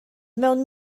mewn